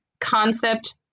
concept